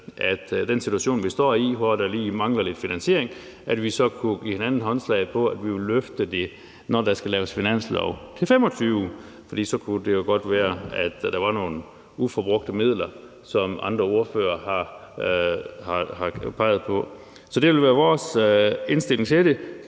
at i den situation, vi står i, hvor der lige mangler lidt finansiering, kunne vi give hinanden håndslag på, at vi vil løfte det, når der skal laves finanslov for 2025. For så kunne det jo godt være, at der var nogle uforbrugte midler, hvad andre ordførere har peget på. Så det vil være vores indstilling til det.